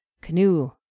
canoe